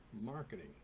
Marketing